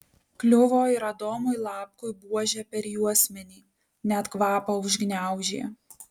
kliuvo ir adomui lapkui buože per juosmenį net kvapą užgniaužė